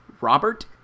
Robert